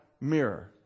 mirror